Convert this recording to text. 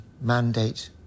mandate